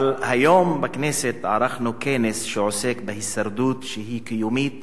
אבל היום ערכנו בכנסת כנס שעוסק בהישרדות שהיא קיומית